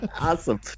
Awesome